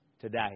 today